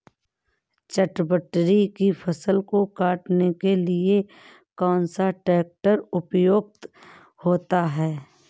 चटवटरी की फसल को काटने के लिए कौन सा ट्रैक्टर उपयुक्त होता है?